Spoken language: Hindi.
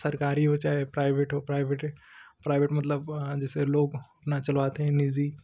सरकारी हो चाहे प्राइवेट हो प्राइवेट प्राइवेट मतलब जैसे लोग अपना चलाते हैं निजी